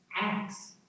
Acts